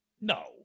No